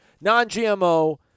Non-GMO